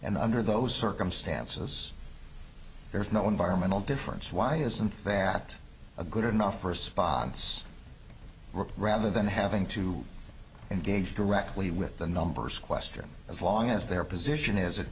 and under those circumstances there is no environmental difference why his and that a good enough for sponsors rather than having to engage directly with the numbers question as long as their position is